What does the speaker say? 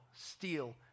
steal